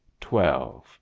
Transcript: twelve